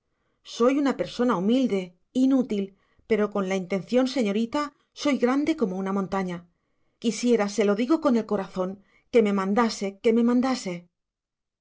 soy una persona humilde inútil pero con la intención señorita soy grande como una montaña quisiera se lo digo con el corazón que me mandase que me mandase